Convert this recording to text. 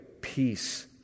peace